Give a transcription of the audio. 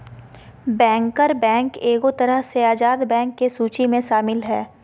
banker bank एगो तरह से आजाद बैंक के सूची मे शामिल हय